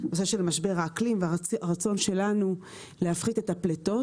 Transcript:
זה של משבר האקלים והרצון שלנו להפחית את הפליטות.